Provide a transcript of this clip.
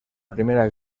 primera